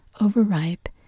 overripe